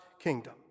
kingdom